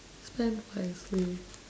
spend wisely